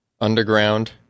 underground